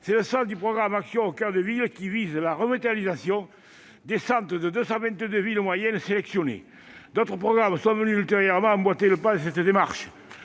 est le sens du programme Action coeur de ville, qui vise à revitaliser les centres des 222 villes moyennes sélectionnées. D'autres programmes sont venus ultérieurement compléter cette démarche.